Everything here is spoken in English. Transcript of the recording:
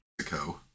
Mexico